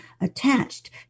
attached